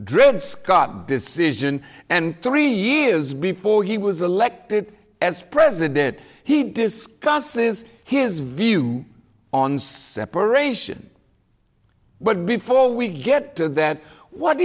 dred scott decision and three years before he was elected as president he discusses his view on separation but before we get to that what